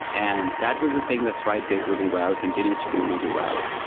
and that was the thing that stripe did really well, continues to do really well.